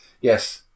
Yes